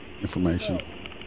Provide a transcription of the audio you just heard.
information